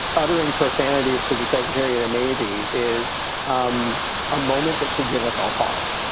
uttering profanities to the secretary of the navy is um a moment that should give us all pause